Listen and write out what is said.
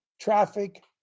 traffic